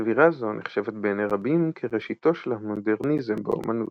שבירה זו נחשבת בעיני רבים כראשיתו של המודרניזם באמנות.